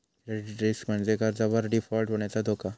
credit risk म्हणजे कर्जावर default होण्याचो धोका